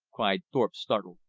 cried thorpe, startled.